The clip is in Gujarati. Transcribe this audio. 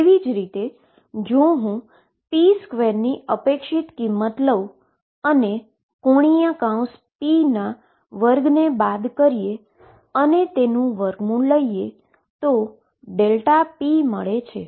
તેવી જ રીતે જો હું તેનો p2 ની એક્સપેક્ટેશન વેલ્યુ લઉ અને ⟨p⟩2બાદ કરીએ અને તેનુ સ્ક્વેર રૂટ લઈએ તો p મળે છે